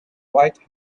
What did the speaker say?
white